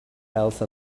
else